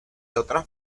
otras